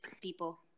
people